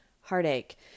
heartache